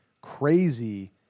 crazy